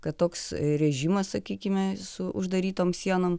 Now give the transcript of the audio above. kad toks režimas sakykime su uždarytom sienom